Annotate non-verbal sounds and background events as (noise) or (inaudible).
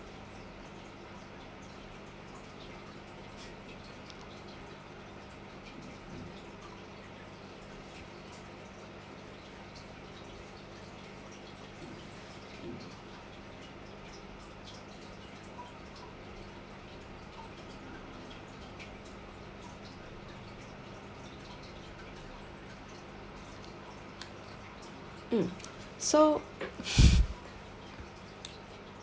mm so (laughs)